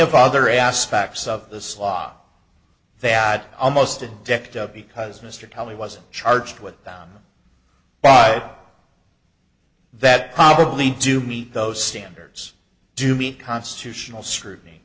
of other aspects of this law that almost a decade because mr pelly wasn't charged with down by that probably do meet those standards do meet constitutional scrutiny